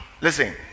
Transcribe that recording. Listen